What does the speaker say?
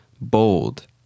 Bold